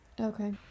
okay